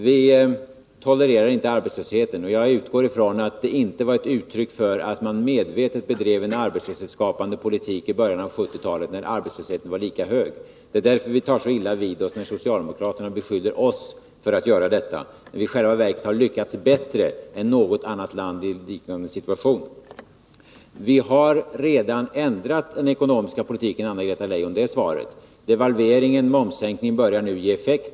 Vi tolererar inte arbetslösheten, och jag utgår från att det inte var ett uttryck för att man medvetet bedrev en arbetslöshetsskapande politik i början på 1970-talet när arbetslösheten var lika hög som nu. Det är därför som vi tar så illa vid oss när socialdemokraterna beskyller oss för att göra detta. Sverige har i själva verket lyckats bättre än något annat land i en liknande situation. Svaret på Anna-Greta Leijons fråga är att vi redan har ändrat politiken. Devalveringen och momssänkningen börjar nu ge effekt.